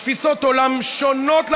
על תפיסות עולם שונות לחלוטין.